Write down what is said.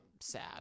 sad